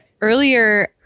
Earlier